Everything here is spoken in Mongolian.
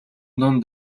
дунд